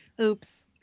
Oops